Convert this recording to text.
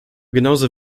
genauso